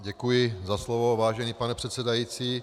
Děkuji za slovo, vážený pane předsedající.